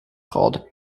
called